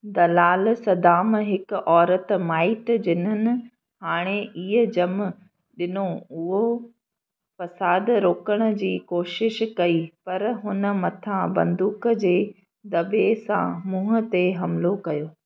दलाल Saddam हिकु औरत माइट जिन्हनि हाणे ई ॼम ॾिनो उहो फ़साद रोकण जी कोशिशि कई पर हुन मथां बंदूक जे दबे॒ सां मुंहुं ते हमलो कयो